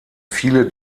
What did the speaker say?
viele